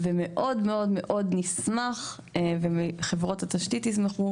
ומאוד נשמח וחברות התשתית ישמחו,